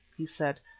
he said,